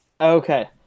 Okay